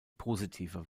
positiver